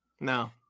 No